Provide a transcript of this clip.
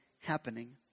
happening